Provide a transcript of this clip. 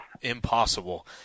impossible